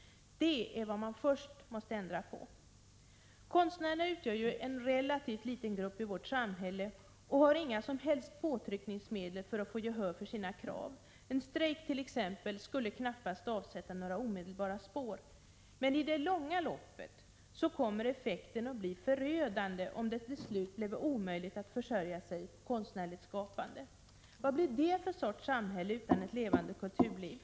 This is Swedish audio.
Detta är vad som först måste ändras. Konstnärerna utgör en relativt liten grupp i samhället och har inga som helst påtryckningsmedel för att få gehör för sina krav. En strejk skulle t.ex. knappast avsätta några omedelbara spår, men i det långa loppet kommer effekten att bli förödande, om det till slut blir omöjligt att försörja sig på konstnärligt skapande. Vad blir det för sorts samhälle, utan ett levande kulturliv?